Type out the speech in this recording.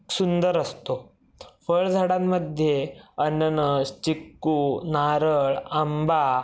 सुंदर असतो फळझाडांमध्ये अननस चिक्कू नारळ आंबा